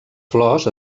flors